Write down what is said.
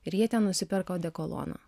ir jie ten nusiperka odekolono